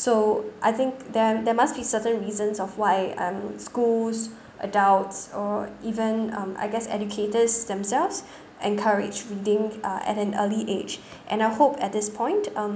so I think there there must be certain reasons of why um schools adults or even um I guess educators themselves encourage reading uh at an early age and I hope at this point um